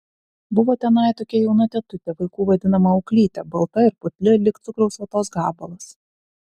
buvo tenai tokia jauna tetutė vaikų vadinama auklyte balta ir putli lyg cukraus vatos gabalas